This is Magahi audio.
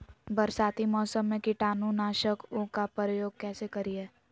बरसाती मौसम में कीटाणु नाशक ओं का प्रयोग कैसे करिये?